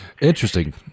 Interesting